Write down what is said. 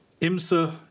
IMSA